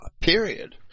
period